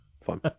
Fine